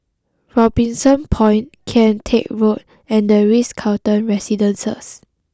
Robinson Point Kian Teck Road and the Ritz Carlton Residences